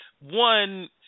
one